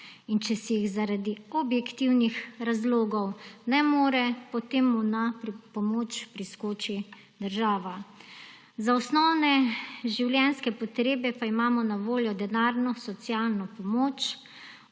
Če si jih zaradi objektivnih razlogov ne more, potem mu na pomoč priskoči država. Za osnovne življenjske potrebe pa imamo na voljo denarno socialno pomoč.